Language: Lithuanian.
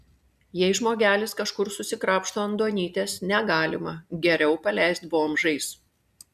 jei žmogelis kažkur susikrapšto ant duonytės negalima geriau paleist bomžais